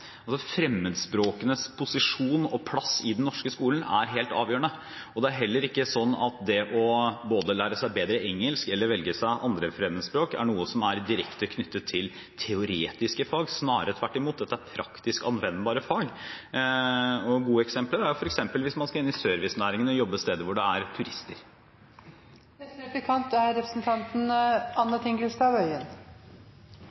heller ikke sånn at det å lære seg bedre engelsk eller velge seg 2. fremmedspråk er noe som er direkte knyttet til teoretiske fag, snarere tvert imot – dette er praktisk anvendbare fag. Et godt eksempel er hvis man skal inn i servicenæringen og jobbe på steder der det er